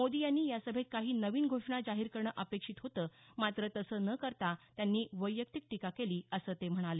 मोदी यांनी या सभेत काही नवीन घोषणा जाहीर करणं अपेक्षित होतं मात्र तसं न करता त्यांनी वैयक्तिक टीका केली असं ते म्हणाले